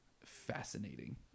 fascinating